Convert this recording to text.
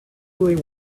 they